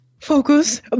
Focus